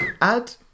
add